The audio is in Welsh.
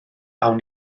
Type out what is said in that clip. awn